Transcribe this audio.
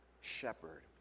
shepherd